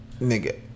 Nigga